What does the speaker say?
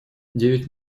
девять